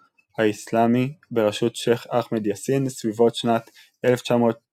האיסלאמי בראשות שייח' אחמד יאסין סביבות שנת 1987,